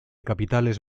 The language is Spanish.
capitales